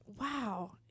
Wow